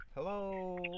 Hello